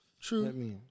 True